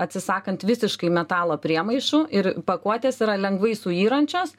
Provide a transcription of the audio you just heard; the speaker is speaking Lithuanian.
atsisakant visiškai metalo priemaišų ir pakuotės yra lengvai suyrančios